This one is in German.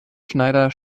schneider